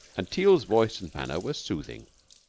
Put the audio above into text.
and teal's voice and manner were soothing.